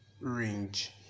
range